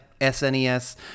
SNES